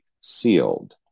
sealed